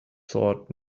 short